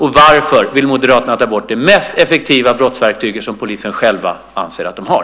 Varför vill Moderaterna ta bort det mest effektiva brottsverktyget som polisen själv anser att den har?